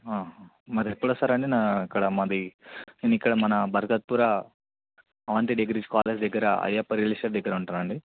మరి ఎప్పుడు వస్తారు అండి నా అక్కడ మాది నేను ఇక్కడ మన బరదత్పురా అవంతి డిగ్రీస్ కాలేజ్ దగ్గర అయ్యప్ప రిలిష దగ్గర ఉంటాను